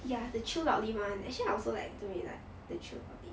ya the chew loudly [one] actually I also like don't really like the chew loudly